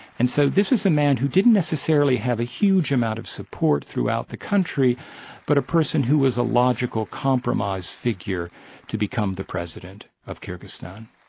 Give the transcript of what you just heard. and so this is a man who didn't necessarily have a huge amount of support throughout the country but a person who was a logical compromise figure to become the president of kyrgyzstan.